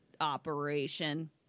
operation